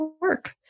work